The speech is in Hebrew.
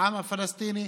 לעם הפלסטיני,